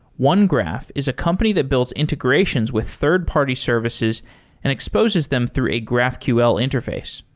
onegraph is a company that builds integrations with third-party services and exposes them through a graphql interface.